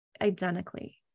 identically